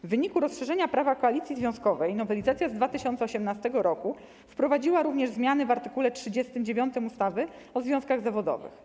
W wyniku rozszerzenia prawa koalicji związkowej nowelizacja z 2018 r. wprowadziła również zmiany w art. 39 ustawy o związkach zawodowych.